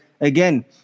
again